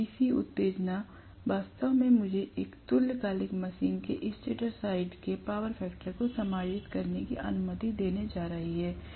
तो डीसी उत्तेजना वास्तव में मुझे एक तुल्यकालिक मशीन के स्टेटर साइड के पावर फैक्टर को समायोजित करने की अनुमति देने जा रही है